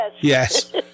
yes